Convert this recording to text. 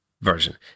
version